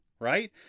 Right